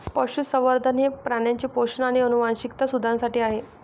पशुसंवर्धन हे प्राण्यांचे पोषण आणि आनुवंशिकता सुधारण्यासाठी आहे